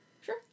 Sure